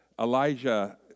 Elijah